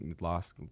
lost